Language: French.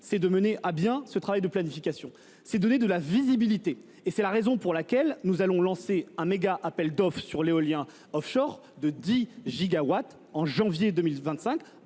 – mener à bien ce travail de planification et lui donner de la visibilité. C’est la raison pour laquelle nous allons lancer un méga appel d’offres sur l’éolien offshore de 10 gigawatts au mois de janvier 2025,